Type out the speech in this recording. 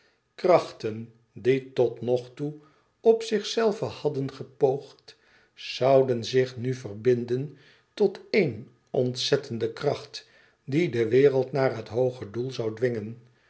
krachten die totnogtoe op zichzelve hadden gepoogd zouden zich nu verbinden tot één ontzettende kracht die de wereld naar het hooge doel zoû dwingen